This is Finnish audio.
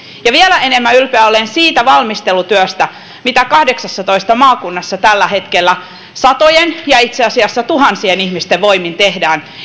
ja vielä enemmän ylpeä olen siitä valmistelutyöstä mitä kahdeksassatoista maakunnassa tällä hetkellä satojen itse asiassa tuhansien ihmisten voimin tehdään